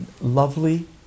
lovely